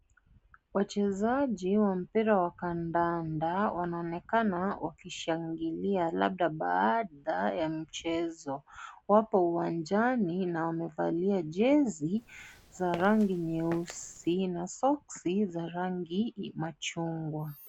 Wachezaji wa mpira wa kandanda, wanaonekana, wakishangilia labda baada ya mchezo. Wapo uwanjani na wamevalia jezi za rangi nyeusi na soksi za rangi machungwa.